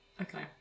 Okay